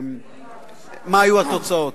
מה היו התוצאות.